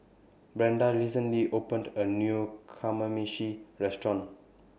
Brenda recently opened A New Kamameshi Restaurant